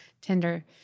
tender